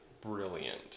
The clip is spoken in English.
brilliant